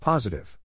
Positive